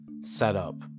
setup